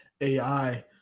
ai